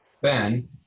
Ben